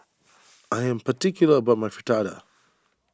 I am particular about my Fritada